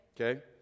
Okay